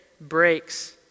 breaks